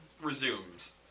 resumes